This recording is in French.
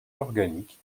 organique